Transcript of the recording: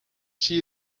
she